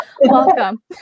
welcome